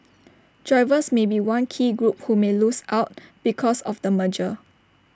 drivers may be one key group who may lose out because of the merger